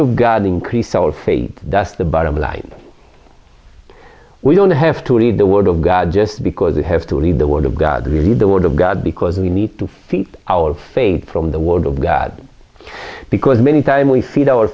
god increase our faith thus the bottom line we don't have to read the word of god just because we have to read the word of god read the word of god because we need to feed our faith from the word of god because many time we feed our